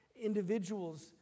individuals